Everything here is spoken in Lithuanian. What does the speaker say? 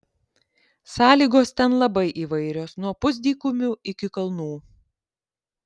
sąlygos ten labai įvairios nuo pusdykumių iki kalnų